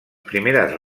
primeres